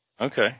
Okay